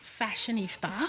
fashionista